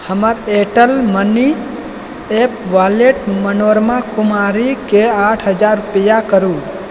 हमर Airtel money app वॉलेटसँ मनोरमा कुमारीके आठ हजार रुपैआ करू